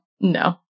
No